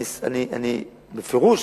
אני בפירוש